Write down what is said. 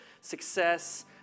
success